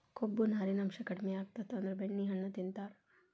ಕೊಬ್ಬು, ನಾರಿನಾಂಶಾ ಕಡಿಮಿ ಆಗಿತ್ತಂದ್ರ ಬೆಣ್ಣೆಹಣ್ಣು ತಿಂತಾರ